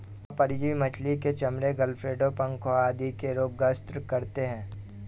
बाह्य परजीवी मछली के चर्म, गलफडों, पंखों आदि के रोग ग्रस्त करते है